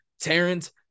Terrence